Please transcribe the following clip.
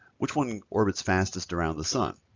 which one orbits fastest around the sun?